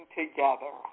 together